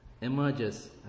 emerges